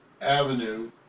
Avenue